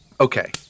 Okay